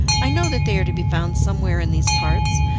i know that they are to be found somewhere in these parts,